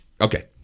Okay